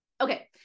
Okay